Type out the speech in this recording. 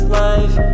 life